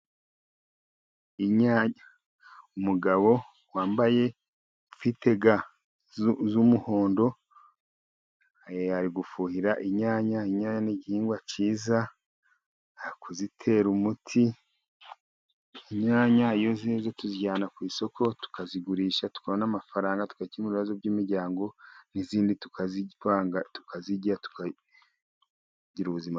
Inyanya. Umugabo ufite ga z'umuhondo , arimo gufuhira inyanya. Inyanya,n' igihingwa cyiza . Arimo kuzitera umuti . Inyanya iyo zeze, tuzijyana ku isoko, tukazigurisha, tukabona amafaranga, tugakemura ibibazo by'imiryango . Izindi tukazirya , tukagira ubuzima bwiza .